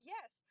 Yes